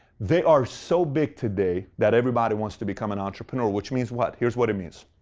they are so big today that everybody wants to become an entrepreneur, which means what? here's what it means.